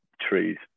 trees